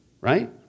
right